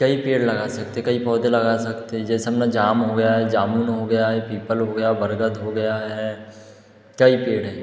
कई पेड़ लगा सकते कई पौधे लगा सकते जैसे जाम हो गया जामुन हो गया ये पीपल हो गया बरगद हो गया है कई पेड़ है